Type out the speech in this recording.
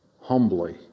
humbly